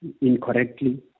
incorrectly